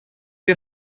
wir